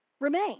remain